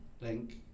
Link